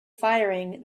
firing